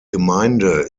gemeinde